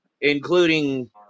including